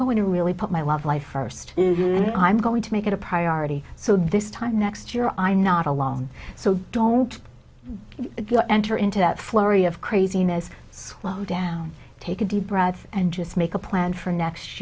going to really put my love life first and i'm going to make it a priority so this time next year i'm not alone so don't you enter into that flurry of craziness slow down take a deep breath and just make a plan for next